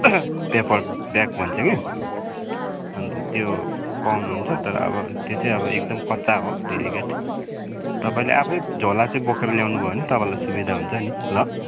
paper bag भन्छ कि अन्त त्यो पाउनु हुन्छ तर अब त्यो चाहिँ अब कच्चा हो डेलिकेट तपाईँले आफै झोला चाहिँ बोकेर ल्याउनु भने तपाईँलाई सुविधा हुन्छ नि ल